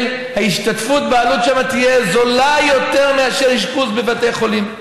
ההשתתפות בעלות שם תהיה זולה יותר מאשר אשפוז בבתי חולים,